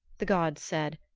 the gods said,